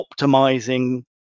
optimizing